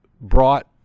brought